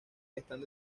están